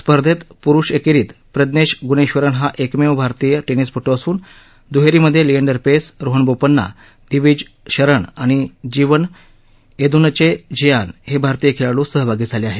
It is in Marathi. स्पर्धेत पुरुष एकेरीत प्रज्ञेश गुणेश्वरन हा एकमेव भारतीय टेनिसपटू असून दुहेरीमध्ये लिएंडर पेस रोहन बोपण्णा दिवीज शरण आणि जीवन एदुनचेझियान हे भारतीय खेळाडू सहभागी झाले आहेत